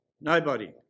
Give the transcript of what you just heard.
Nobody